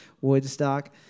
Woodstock